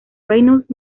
reynolds